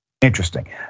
Interesting